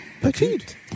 Petite